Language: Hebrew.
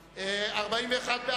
אחד.